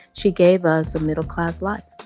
she gave us a middle-class life